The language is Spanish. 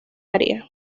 área